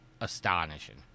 astonishing